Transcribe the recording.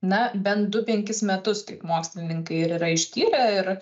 na bent du penkis metus taip mokslininkai ir yra ištyrę ir